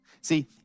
See